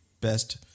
best